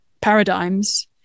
paradigms